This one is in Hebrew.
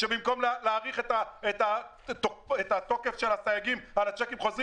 שבמקום להאריך את התוקף של הסייגים על צ'קים חוזרים